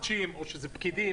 כפי שעשינו,